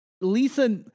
Lisa